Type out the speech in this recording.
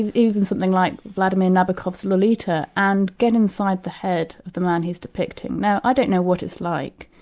even something like vladimir nabokov's lolita and get inside the head of the man who's depicting. now i don't know what it's like,